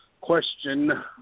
question